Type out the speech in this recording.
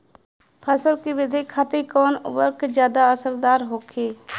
फसल के वृद्धि खातिन कवन उर्वरक ज्यादा असरदार होखि?